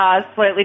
slightly